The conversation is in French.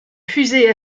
fusée